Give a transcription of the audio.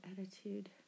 attitude